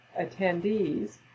attendees